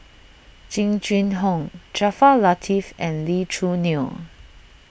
Jing Jun Hong Jaafar Latiff and Lee Choo Neo